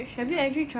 ya